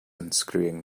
unscrewing